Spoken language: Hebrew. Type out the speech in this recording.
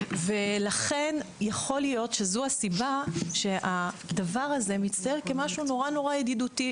ולכן יכול להיות שזו הסיבה שהדבר הזה מצטייר כמשהו נורא נורא ידידותי.